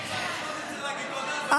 למשל,